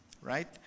right